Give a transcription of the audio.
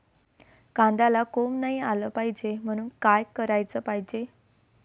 कांद्याला कोंब नाई आलं पायजे म्हनून का कराच पायजे?